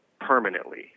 permanently